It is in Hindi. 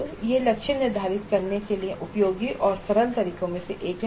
तो यह लक्ष्य निर्धारित करने के उपयोगी और सरल तरीकों में से एक है